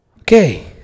Okay